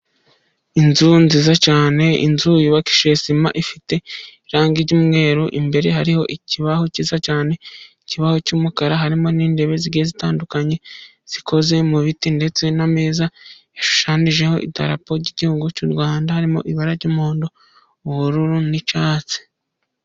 Inzu nziza cyane, inzu yubakishije sima, ifite irangi ry'umweru, imbere hariho ikibaho cyiza cyane, ikibaho cy'umukara, harimo n'intebe zitandukanye, zikoze mu biti ndetse n'ameza ashushananyijeho idarapo ry'igihugu cy'u Rwanda harimo ibara ry'umuhondo, ubururu n'icyatsi.